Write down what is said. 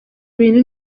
bintu